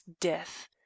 death